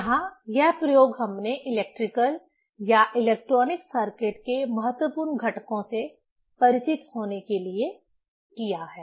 यहाँ यह प्रयोग हमने इलेक्ट्रिकल या इलेक्ट्रॉनिक सर्किट के महत्वपूर्ण घटकों से परिचित होने के लिए किया है